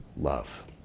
love